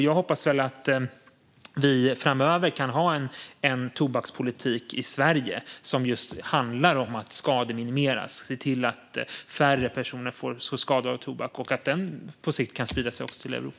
Jag hoppas att vi framöver kan ha en tobakspolitik i Sverige som handlar om att skademinimera, det vill säga se till att färre personer skadas av tobak, och att den politiken på sikt kan spridas till Europa.